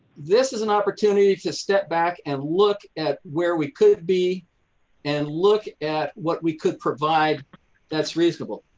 this is an opportunity to step back and look at where we could be and look at what we could provide that's reasonable.